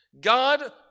God